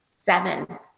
Seven